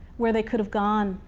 where they could have gone,